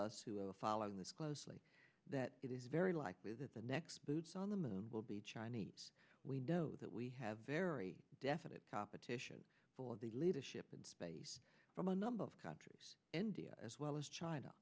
us who are following this closely that it is very likely that the next boots on the moon will be chinese we know that we have very definite competition for the leadership in space from a number of countries india as well as china